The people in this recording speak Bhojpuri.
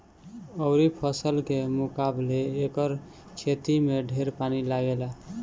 अउरी फसल के मुकाबले एकर खेती में ढेर पानी लागेला